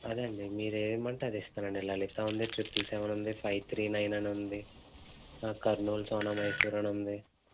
అదే అండి మీరు ఏది ఇవ్వమంటే అది ఇస్తానండి లలిత ఉంది ట్రిపుల్ సెవెన్ ఉంది ఫైవ్ త్రీ నైన్ అని ఉంది కర్నూల్ సోనామైసూర్ అని ఉంది